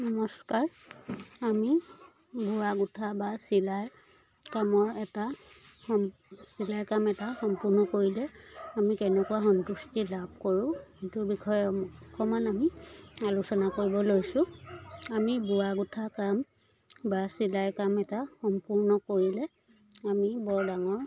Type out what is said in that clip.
নমস্কাৰ আমি বোৱা গোঁঠা বা চিলাই কামৰ এটা সম্ চিলাই কাম এটা সম্পূৰ্ণ কৰিলে আমি কেনেকুৱা সন্তুষ্টি লাভ কৰোঁ সেই বিষয়ে অকণমান আমি আলোচনা কৰিব লৈছোঁ আমি বোৱা গোঁঠা কাম বা চিলাই কাম এটা সম্পূৰ্ণ কৰিলে আমি বৰ ডাঙৰ